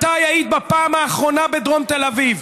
מתי היית בפעם האחרונה בדרום תל אביב?